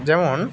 যেমন